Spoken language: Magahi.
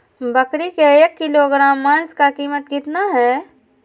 बकरी के एक किलोग्राम मांस का कीमत कितना है?